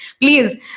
Please